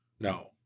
No